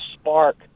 spark